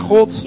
God